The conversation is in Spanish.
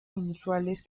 inusuales